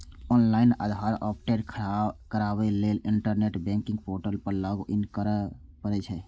online Aadhaar update कराबै लेल internet banking portal पर लॉगइन करय पड़ै छै